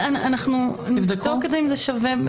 נבדוק אם זה שווה,